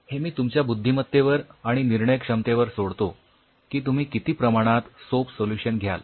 हे मी तुमच्या बुद्धिमत्तेवर आणि निर्णय क्षमतेवर सोडतो की तुम्ही किती प्रमाणात सोप सोल्युशन घ्याल